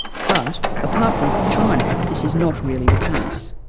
but, apart from china, this is not really the case.